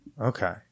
okay